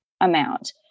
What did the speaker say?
amount